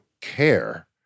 care